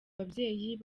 babyeyi